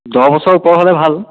দহ বছৰ ওপৰ হ'লে ভাল